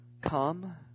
come